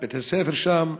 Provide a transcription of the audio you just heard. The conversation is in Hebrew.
את בית-הספר שם,